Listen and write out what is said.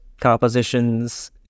compositions